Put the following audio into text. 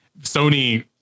Sony